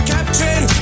Captain